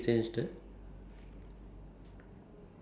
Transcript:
to drastically change the